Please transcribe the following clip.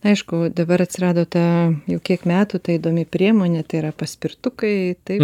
aišku dabar atsirado ta jau kiek metų ta įdomi priemonė tai yra paspirtukai taip